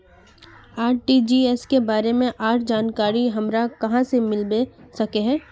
RTGS के बारे में आर जानकारी हमरा कहाँ से मिलबे सके है?